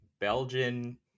Belgian